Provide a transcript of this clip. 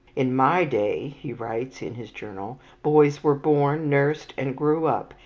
in my day, he writes in his journal, boys were born, nursed, and grew up,